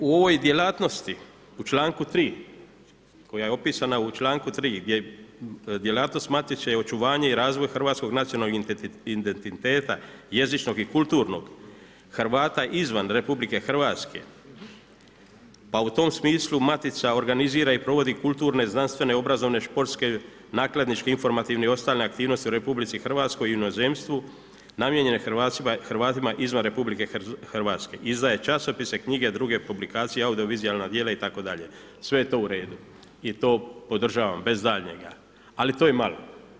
Zbog toga, u ovoj djelatnosti u članku 3. koja je opisana u članku 3 gdje je djelatnost Matice očuvanje i razvoj hrvatskog nacionalnog identiteta, jezičnog i kulturnog Hrvata izvan RH pa u tom smislu Matica organizira i provodi kulturne, znanstvene, obrazovne, športske, nakladničke, informativne i ostale aktivnosti u RH i inozemstvu namijenjene Hrvatima izvan RH, izdaje časopise, knjige, druge publikacija, audio-vizualna djela itd., sve je to uredu, i to podržavam bez daljnjega, ali to je malo.